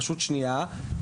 רשות שנייה,